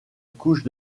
couche